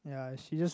ya she just